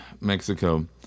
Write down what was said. Mexico